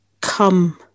come